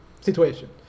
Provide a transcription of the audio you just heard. situation